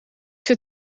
zit